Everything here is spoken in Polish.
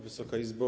Wysoka Izbo!